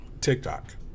TikTok